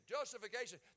justification